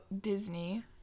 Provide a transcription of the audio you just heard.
Disney